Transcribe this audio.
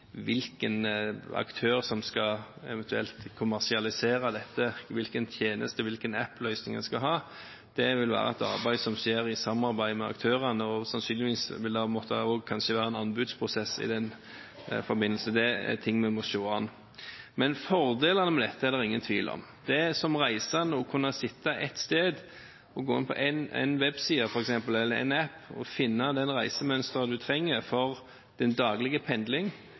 hvilken aktør som eventuelt skal kommersialisere dette, hvilken tjeneste og hvilken app-løsning en skal ha. Det vil være et arbeid som skjer i samarbeid med aktørene, og sannsynligvis vil det også måtte være en anbudsprosess i den forbindelse. Det er ting vi må se an. Fordelene med dette er det ingen tvil om. Som reisende vil du kunne sitte ett sted og gå inn på én webside eller én app og finne det reisemønsteret du trenger for din daglige pendling.